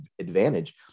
advantage